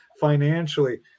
financially